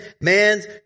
man's